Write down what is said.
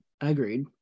Agreed